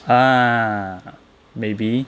err maybe